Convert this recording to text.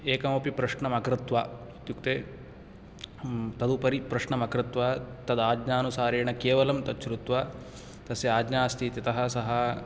एकमपि प्रश्नम् अकृत्वा इत्युक्ते तदुपरि प्रश्नम् अकृत्वा तद् आज्ञानुसारेण केवलं तद्श्रुत्वा तस्य आज्ञा अस्ति इत्यतः सः